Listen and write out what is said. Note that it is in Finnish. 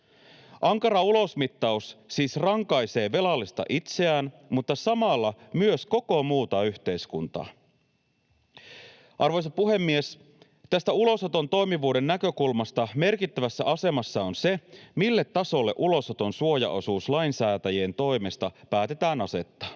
Ankara ulosmittaus siis rankaisee velallista itseään mutta samalla myös koko muuta yhteiskuntaa. Arvoisa puhemies! Tästä ulosoton toimivuuden näkökulmasta merkittävässä asemassa on se, mille tasolle ulosoton suojaosuus lainsäätäjien toimesta päätetään asettaa.